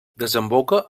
desemboca